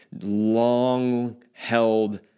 long-held